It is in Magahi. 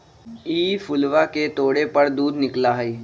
ई फूलवा के तोड़े पर दूध निकला हई